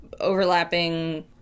overlapping